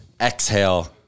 exhale